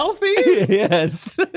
Yes